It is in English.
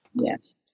Yes